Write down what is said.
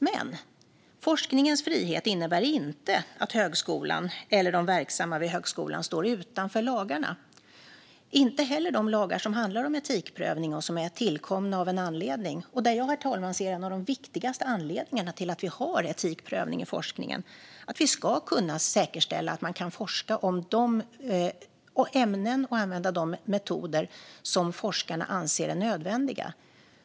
Men forskningens frihet innebär inte att högskolan eller de verksamma vid högskolan står utanför lagarna, inte heller de lagar som handlar om etikprövning och som är tillkomna av en anledning och där jag, herr talman, ser en av de viktigaste anledningarna till att vi har etikprövning i forskningen: att vi ska kunna säkerställa att man kan forska om de ämnen och använda de metoder som forskarna anser är nödvändiga.